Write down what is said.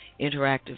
interactive